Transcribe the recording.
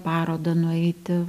parodą nueiti